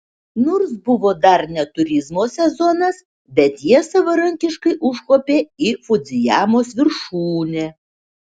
nors buvo dar ne turizmo sezonas bet jie savarankiškai užkopė į fudzijamos viršūnę